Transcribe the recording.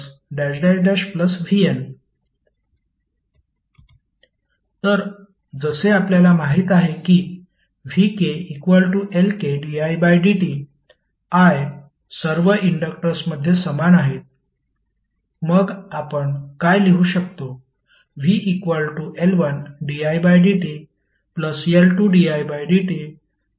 vv1v2vn तर जसे आपल्याला माहित आहे की vkLkdidt i सर्व इंडक्टर्समध्ये समान आहेत मग आपण काय लिहू शकतो